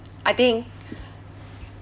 I think